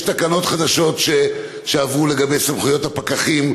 יש תקנות חדשות שעברו לגבי סמכויות הפקחים,